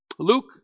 Luke